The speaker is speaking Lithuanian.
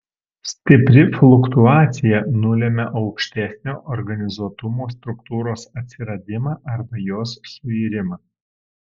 stipri fluktuacija nulemia aukštesnio organizuotumo struktūros atsiradimą arba jos suirimą